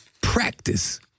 practice